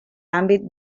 àmbit